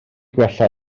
gwella